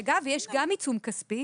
ויש גם עיצום כספי